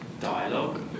dialogue